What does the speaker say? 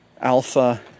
alpha